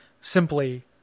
simply